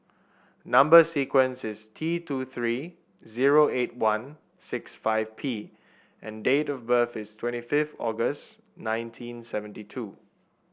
number sequence is T two three zero eight one six five P and date of birth is twenty fifth August nineteen seventy two